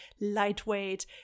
lightweight